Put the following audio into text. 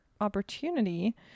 opportunity